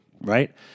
Right